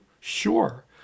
Sure